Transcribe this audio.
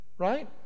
Right